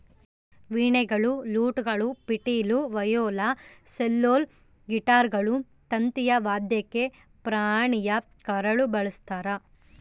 ವೀಣೆಗಳು ಲೂಟ್ಗಳು ಪಿಟೀಲು ವಯೋಲಾ ಸೆಲ್ಲೋಲ್ ಗಿಟಾರ್ಗಳು ತಂತಿಯ ವಾದ್ಯಕ್ಕೆ ಪ್ರಾಣಿಯ ಕರಳು ಬಳಸ್ತಾರ